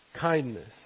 Kindness